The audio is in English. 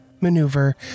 maneuver